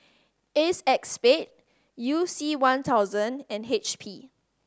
Acexspade You C One thousand and H P